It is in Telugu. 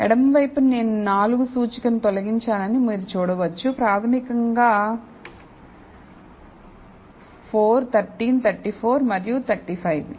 ఎడమ వైపున నేను 4 సూచికను తొలగించానని మీరు చూడవచ్చు ప్రాథమికంగా 4 13 34 మరియు 35